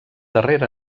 darrera